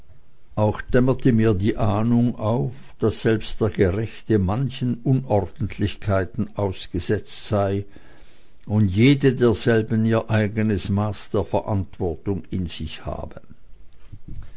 auch dämmerte mir wohl die ahnung auf daß selbst der gerechte manchen unordentlichkeiten ausgesetzt sei und jede derselben ihr eigenes maß der verantwortung in sich habe